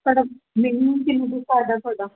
ਤੁਹਾਡਾ ਮਿਨੀਮਮ ਕਿੰਨੇ ਤੋਂ ਸਟਾਰਟ ਹੈ ਤੁਹਾਡਾ